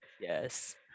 Yes